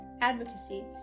advocacy